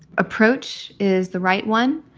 approach is the right one.